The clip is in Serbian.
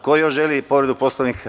Ko još želi povredu Poslovnika?